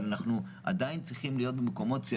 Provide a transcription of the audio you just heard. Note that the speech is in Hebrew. אבל אנחנו עדיין צריכים להיות במקומות,